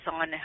on